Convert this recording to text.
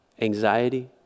Anxiety